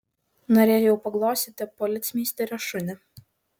norėjau paglostyti policmeisterio šunį